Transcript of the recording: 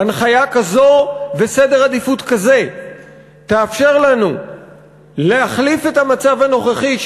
הנחיה כזו וסדר עדיפות כזה יאפשרו לנו להחליף את המצב הנוכחי,